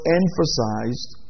emphasized